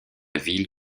ville